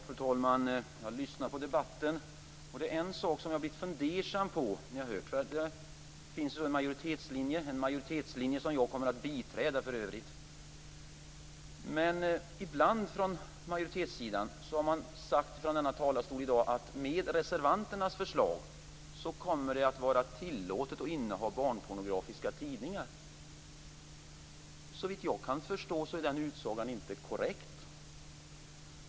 Fru talman! Jag har lyssnat på debatten. Det är en sak som jag blivit litet fundersam på när jag hört den. Det finns en majoritetslinje, som jag för övrigt kommer att biträda. Men ibland från majoritetssidan har man i dag från denna talarstol sagt att med reservanternas förslag kommer det att vara tillåtet att inneha barnpornografiska tidningar. Såvitt jag kan förstå är den utsagan inte korrekt.